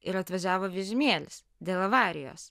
ir atvažiavo vežimėlis dėl avarijos